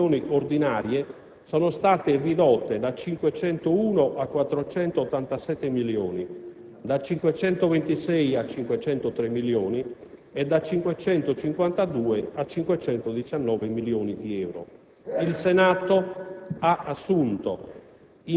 per cui le rispettive dotazioni ordinarie sono state ridotte da 501 a 487 milioni di euro, da 526 a 503 milioni di euro e da 552 a 519 milioni di euro. Il Senato